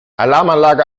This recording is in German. alarmanlage